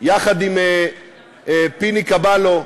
יחד עם פיני קבלו,